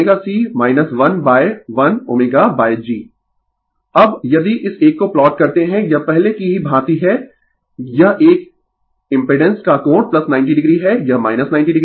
Refer slide Time 3136 अब यदि इस एक को प्लॉट करते है यह पहले की ही भांति है यह एक इम्पिडेंस का कोण 90 o है यह 90o है